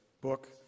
book